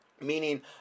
Meaning